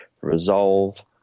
Resolve